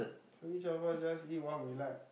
so each of us just eat what we like